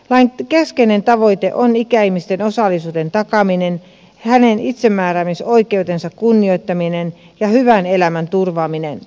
lain keskeinen tavoite on ikäihmisen osallisuuden takaaminen hänen itsemääräämisoikeutensa kunnioittaminen ja hyvän elämän turvaaminen